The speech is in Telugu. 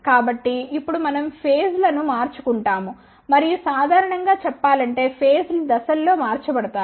కాబట్టి ఇప్పుడు మనం ఫేజ్ లను మార్చుకుంటాము మరియు సాధారణం గా చెప్పాలంటే ఫేజ్ లు దశల్లో మార్చబడతాయి